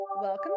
Welcome